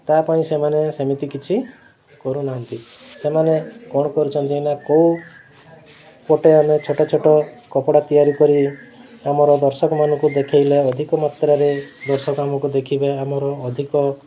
ତା ପାଇଁ ସେମାନେ ସେମିତି କିଛି କରୁନାହାନ୍ତି ସେମାନେ କ'ଣ କରୁଛନ୍ତି ନା କେଉଁ ପଟେ ଆମେ ଛୋଟ ଛୋଟ କପଡ଼ା ତିଆରି କରି ଆମର ଦର୍ଶକମାନଙ୍କୁ ଦେଖାଇଲେ ଅଧିକ ମାତ୍ରାରେ ଦର୍ଶକ ଆମକୁ ଦେଖିବେ ଆମର ଅଧିକ